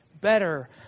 better